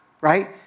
right